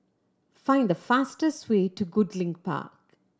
find the fastest way to Goodlink Park